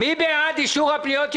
מי בעד אישור הפניות?